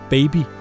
Baby